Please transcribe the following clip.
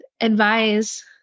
advise